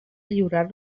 lliurar